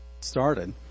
started